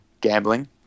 gambling